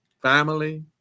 family